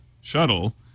shuttle